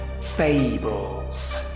fables